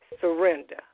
Surrender